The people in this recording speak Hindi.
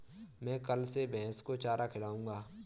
मैं कल से भैस को चारा खिलाऊँगा